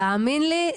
תאמין לי,